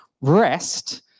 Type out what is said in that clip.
rest